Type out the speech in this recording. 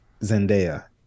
Zendaya